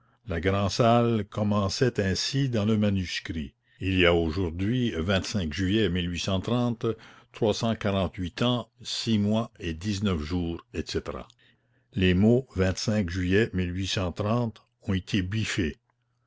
la grand'salle commençait ainsi dans le manuscrit il y a aujourd'hui vingt-cinq juillet trois cent quarante-huit ans six mois et dix neufs jours etc les mots vingt-cinq juillet ont été biffés